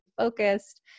focused